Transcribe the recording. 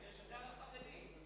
גם החרדים.